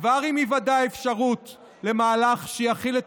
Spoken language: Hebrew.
כבר עם היוודע אפשרות למהלך שיחיל את